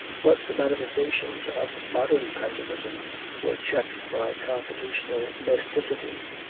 but the manifestations of modern pessimism were checked by constitutional mysticity.